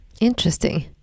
Interesting